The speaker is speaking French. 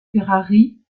ferrari